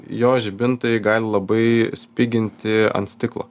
jo žibintai gali labai spiginti ant stiklo